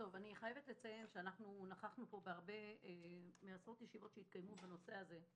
אנחנו נכחנו פה בעשרות ישיבות שהתקיימו בנושא הזה,